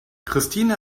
christine